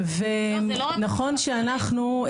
זה לא רק משפחתונים,